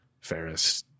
Ferris